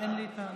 לא להצביע.